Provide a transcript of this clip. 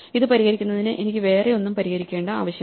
ഇത് പരിഹരിക്കുന്നതിന് എനിക്ക് വേറെ ഒന്നും പരിഹരിക്കേണ്ട ആവശ്യമില്ല